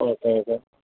okay okay